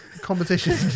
competition